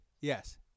Yes